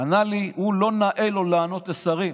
לא נאה לו לענות לשרים.